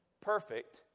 perfect